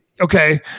okay